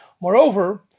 Moreover